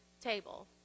table